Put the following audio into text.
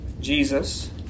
Jesus